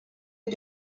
wie